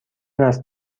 است